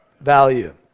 value